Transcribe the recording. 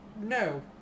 No